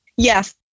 Yes